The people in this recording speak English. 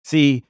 See